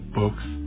books